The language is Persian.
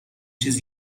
چیز